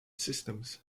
systems